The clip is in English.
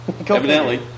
Evidently